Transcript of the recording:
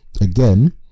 again